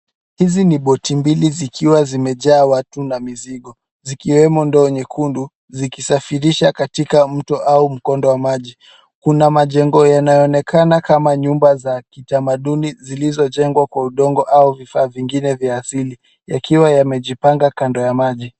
Hizi ni boti mbili zikiwa zimejaa watu na mizigo, zikiwemo ndoo nyekundu zikisafirisha katika mto au mkondo wa maji. Kuna majengo yanayoonekana kama nyumba za kitamaduni zilizojengwa kwa udongo au vifaa vingine vya asili yakiwa yamejipanga kando ya maji.